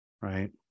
right